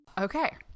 Okay